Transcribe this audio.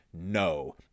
No